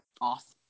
awesome